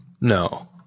No